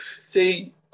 See